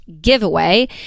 giveaway